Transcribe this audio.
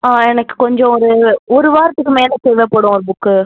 எனக்கு கொஞ்சம் ஒரு ஒரு வாரத்துக்கு மேலே தேவைப்படும் ஒரு புக்கு